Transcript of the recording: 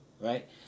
right